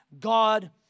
God